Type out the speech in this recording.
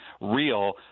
real